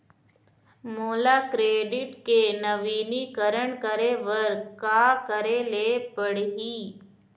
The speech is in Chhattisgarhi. मोला क्रेडिट के नवीनीकरण करे बर का करे ले पड़ही?